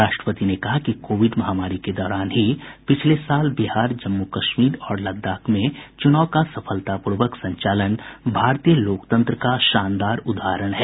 राष्ट्रपति ने कहा कि कोविड महामारी के दौरान ही पिछले वर्ष बिहार जम्मू कश्मीर और लद्दाख में चुनाव का सफलतापूर्ण संचालन भारतीय लोकतंत्र का शानदार उदाहरण है